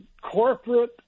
corporate